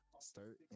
start